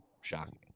shocking